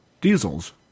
Diesel's